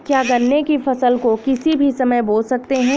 क्या गन्ने की फसल को किसी भी समय बो सकते हैं?